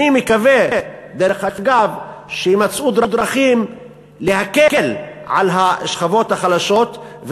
אני מקווה שיימצאו דרכים להקל על השכבות החלשות,